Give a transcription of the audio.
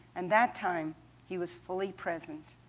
and that time he was fully present.